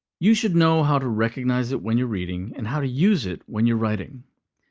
you should know how to recognize it when you're reading and how to use it when you're writing.